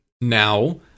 Now